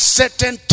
certain